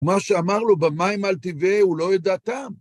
מה שאמר לו במים על טבעי הוא לא ידע טעם.